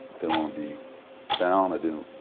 didn't want to be down. i didn't.